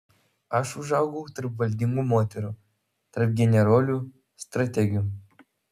aš užaugau tarp valdingų moterų tarp generolių strategių